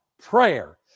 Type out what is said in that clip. Prayer